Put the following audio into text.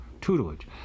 tutelage